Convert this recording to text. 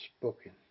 spoken